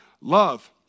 love